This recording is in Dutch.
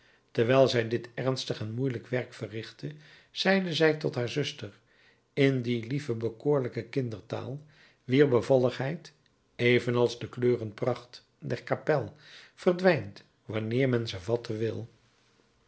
terwijl zij dit ernstig en moeielijk werk verrichtte zeide zij tot haar zuster in die lieve bekoorlijke kindertaal wier bevalligheid evenals de kleurenpracht der kapel verdwijnt wanneer men ze vatten wil